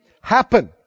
happen